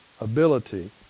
ability